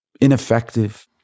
ineffective